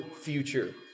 future